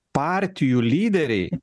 partijų lyderiai